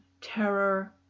terror